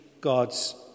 God's